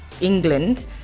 England